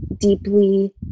deeply